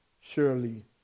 surely